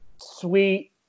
sweet